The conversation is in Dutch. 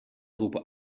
roepen